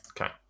Okay